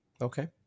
Okay